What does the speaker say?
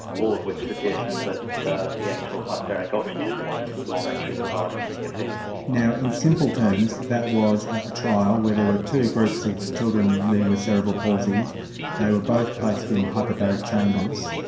all of which suggests that the the actual hyperbaric oxygen was not actually providing any effect. now in simple terms, that was a trial where there were two groups of children living with cerebral palsy they were both placed in hyperbaric chambers.